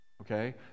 Okay